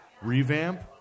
revamp